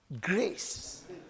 grace